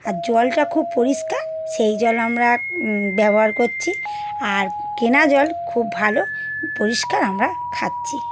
আর জলটা খুব পরিষ্কার সেই জল আমরা ব্যবহার করছি আর কেনা জল খুব ভালো পরিষ্কার আমরা খাচ্ছি